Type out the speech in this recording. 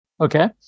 Okay